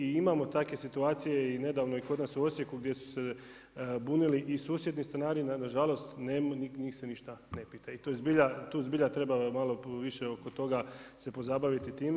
I imamo i takve situacije i nedavno je kod nas u Osijeku gdje su se bunili i susjedni stanari, nažalost njih se ništa ne pita i tu zbilja treba malo više oko toga se pozabaviti time.